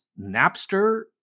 Napster